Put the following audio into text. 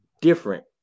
different